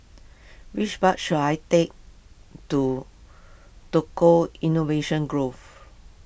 which bus should I take to Tukang Innovation Grove